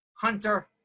Hunter